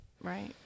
Right